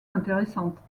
intéressantes